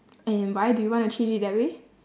and why do you wanna change it that way